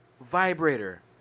vibrator